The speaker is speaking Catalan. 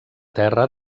terra